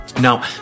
Now